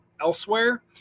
elsewhere